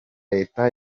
leta